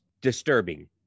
disturbing